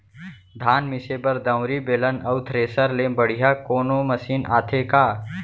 धान मिसे बर दंवरि, बेलन अऊ थ्रेसर ले बढ़िया कोनो मशीन आथे का?